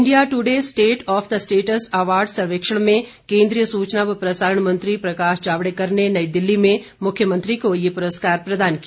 India Today state of the states award सर्वेक्षण में केन्द्रीय सूचना व प्रसारण मंत्री प्रकाश जावड़ेकर ने नई दिल्ली में मुख्यमंत्री को ये पुरस्कार प्रदान किया